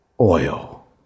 oil